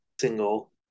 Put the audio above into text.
single